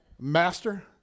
master